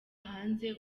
hanze